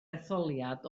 etholiad